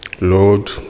Lord